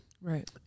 right